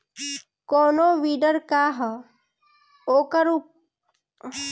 कोनो विडर का ह अउर एकर उपयोग का ह?